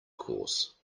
course